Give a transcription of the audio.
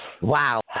Wow